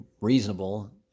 reasonable